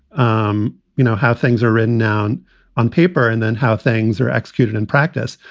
um you know, how things are written down on paper and then how things are executed in practice.